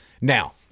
Now